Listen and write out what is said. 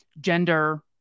gender